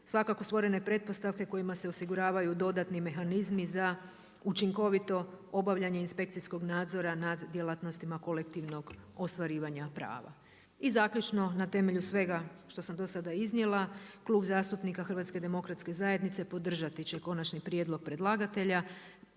svakako stvorene pretpostavke kojima se osiguravaju dodatni mehanizmi za učinkovito obavljanje inspekcijskog nadzora nad djelatnostima kolektivnog ostvarivanja prava. I zaključno, na temelju svega što sam do sada iznijela, Klub zastupnika HDZ-a podržati će konačni prijedlog predlagatelja